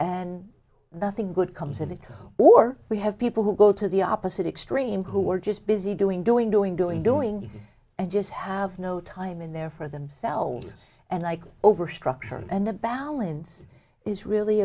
the thing good comes of it or we have people who go to the opposite extreme who are just busy doing doing doing doing doing and just have no time in there for themselves and i can over structure and the balance is really